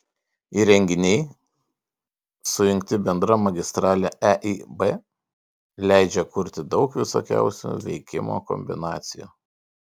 įrenginiai sujungti bendra magistrale eib leidžia kurti daug visokiausių veikimo kombinacijų